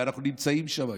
ואנחנו נמצאים שם היום.